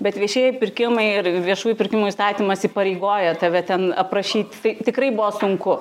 bet viešieji pirkimai ir viešųjų pirkimų įstatymas įpareigoja tave ten aprašyt tai tikrai buvo sunku